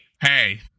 hey